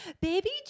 baby